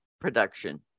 production